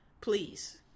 please